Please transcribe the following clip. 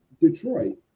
Detroit